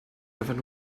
einfach